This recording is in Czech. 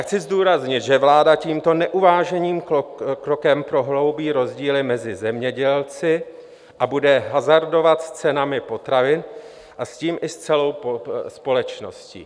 Chci zdůraznit, že vláda tímto neuváženým krokem prohloubí rozdíly mezi zemědělci a bude hazardovat s cenami potravin a tím i s celou společností.